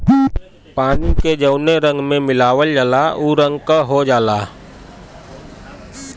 पानी के जौने रंग में मिलावल जाला उ रंग क हो जाला